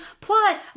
plot